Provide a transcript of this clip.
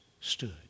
stood